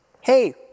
hey